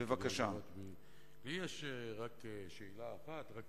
לי יש רק שאלה אחת, ורק